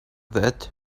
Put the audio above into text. that